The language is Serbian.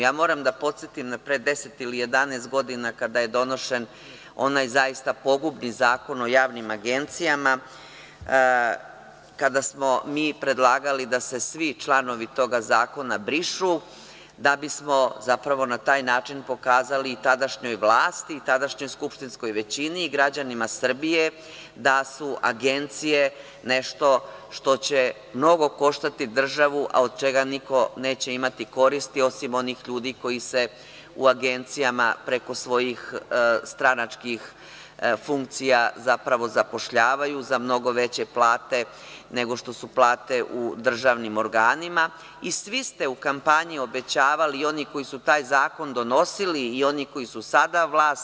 Ja moram da podsetim na pre 10 ili 11 godina kada je donošen onaj, zaista pogubni Zakon o javnim agencijama, kada smo mi predlagali da se svi članovi toga zakona brišu da bismo na taj način pokazali tadašnjoj vlasti i tadašnjoj skupštinskoj većini i građanima Srbije da su agencije nešto što će mnogo koštati državu a od čega niko neće imati koristi osim onih ljudi koji se u agencijama, preko svojih stranačkih funkcija, zapošljavaju za mnogo veće plate nego što su plate u državnim organima i svi ste u kampanji obećavali, i oni koji su taj zakon donosili i oni koji su sada vlast.